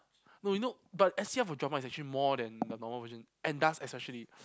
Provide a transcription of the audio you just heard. no you know but S_C_F for Dragma is actually more than the normal version and dust especially